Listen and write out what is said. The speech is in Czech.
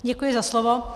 Děkuji za slovo.